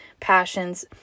passions